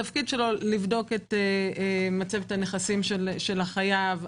תפקידו לבדוק את מצבת הנכסים של החייב,